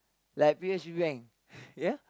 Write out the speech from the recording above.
like P_O_S_B bank ya